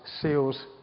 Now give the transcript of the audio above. seals